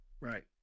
Right